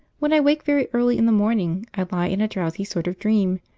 when i wake very early in the morning i lie in a drowsy sort of dream,